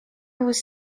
was